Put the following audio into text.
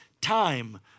time